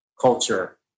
culture